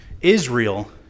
Israel